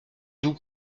doux